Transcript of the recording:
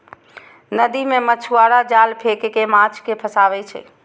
नदी मे मछुआरा जाल फेंक कें माछ कें फंसाबै छै